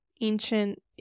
ancient